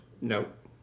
Nope